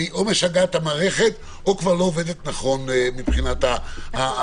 אני או משגעת את המערכת או לא עובדת נכון מבחינת המינונים.